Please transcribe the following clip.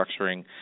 structuring